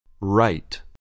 Right